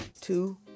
two